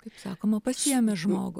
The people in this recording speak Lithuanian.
kaip sakoma pasiėmė žmogų